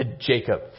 Jacob